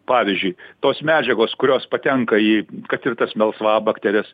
pavyzdžiui tos medžiagos kurios patenka į kad ir tas melsvabakteres